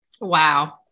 Wow